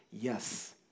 yes